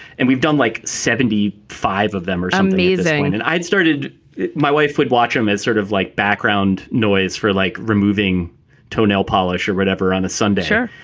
and we've done like seventy five of them are amazing. and and i'd started my wife would watch them as sort of like background noise for like removing toenail polish or whatever on a sunday show.